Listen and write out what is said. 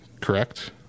correct